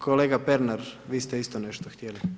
Kolega Pernar, vi ste isto nešto htjeli.